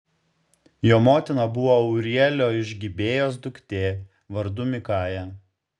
jo motina buvo ūrielio iš gibėjos duktė vardu mikaja